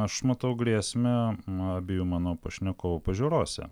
aš matau grėsmę abiejų mano pašnekovų pažiūrose